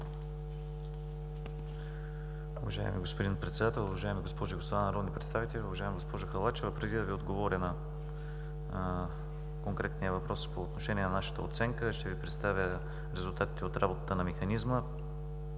Уважаеми господин Председател, уважаеми госпожи и господа народни представители, уважаема госпожо Халачева! Преди да Ви отговоря на конкретния въпрос по отношение на нашата оценка ще Ви представя резултатите от работата на механизма